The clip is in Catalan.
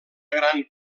gran